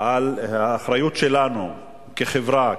על האחריות שלנו כחברה,